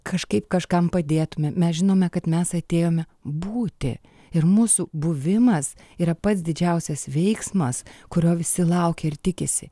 kažkaip kažkam padėtumėm mes žinome kad mes atėjome būti ir mūsų buvimas yra pats didžiausias veiksmas kurio visi laukia ir tikisi